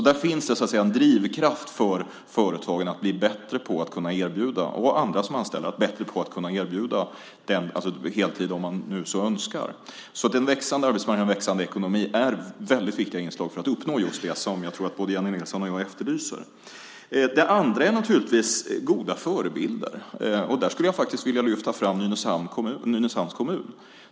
Där finns det en drivkraft för företagen och andra som anställer att bli bättre på att kunna erbjuda heltid för dem som så önskar. En växande arbetsmarknad och en växande ekonomi är väldigt viktiga inslag för att uppnå just det som jag tror att både Jennie Nilsson och jag efterlyser. Det andra är goda förebilder. Jag skulle vilja lyfta fram Nynäshamns kommun.